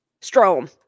Strom